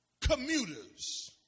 commuters